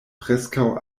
preskaŭ